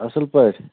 اَصٕل پٲٹھۍ